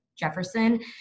Jefferson